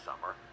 summer